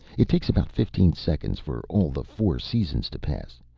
it takes about fifteen seconds for all the four seasons to pass.